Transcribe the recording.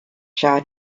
sha